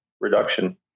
reduction